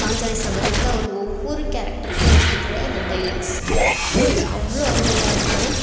பாஞ்சாலி சபதத்தில் அவர் ஒவ்வொரு கேரக்ட்டருக்குமே எழுதியிருக்க அந்த டைலாக்ஸ் அவ்வளோ அருமையாக இருக்கும்